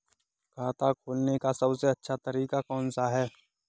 खाता खोलने का सबसे अच्छा तरीका कौन सा है?